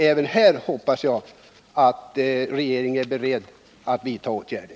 Jag hoppas att regeringen är beredd att vidta åtgärder.